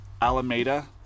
Alameda